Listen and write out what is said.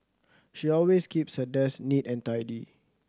she always keeps her desk neat and tidy